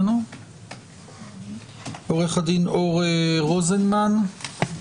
עו"ד אור רוזנמן,